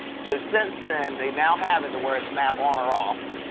so since then they now have it to where it's map on or off.